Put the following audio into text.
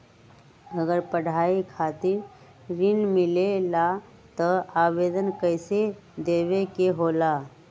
अगर पढ़ाई खातीर ऋण मिले ला त आवेदन कईसे देवे के होला?